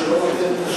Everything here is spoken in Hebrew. שירות שלא נותן,